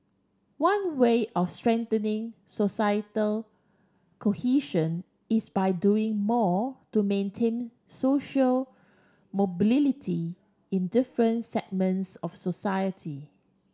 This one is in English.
one way of strengthening societal cohesion is by doing more to maintain social in different segments of society